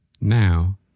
now